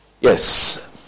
yes